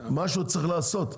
משהו צריך לעשות,